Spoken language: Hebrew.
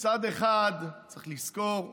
מצד אחד, צריך לזכור ולכבד,